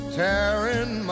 tearing